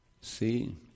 See